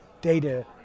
data